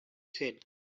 said